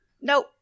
Nope